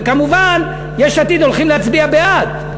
וכמובן יש עתיד הולכים להצביע בעד,